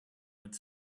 its